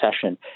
session